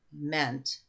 meant